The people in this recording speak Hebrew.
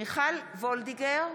מיכל וולדיגר,